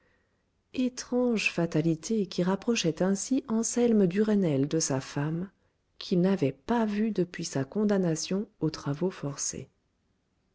étrange fatalité qui rapprochait ainsi anselme duresnel de sa femme qu'il n'avait pas vue depuis sa condamnation aux travaux forcés